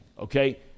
okay